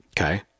okay